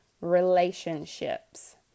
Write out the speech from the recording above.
relationships